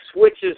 switches